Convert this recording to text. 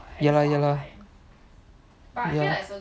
ya lah ya lah